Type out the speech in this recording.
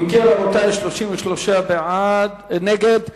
אם כן, 33 נגד,